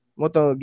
Moto